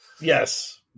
Yes